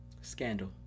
Scandal